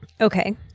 Okay